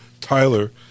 Tyler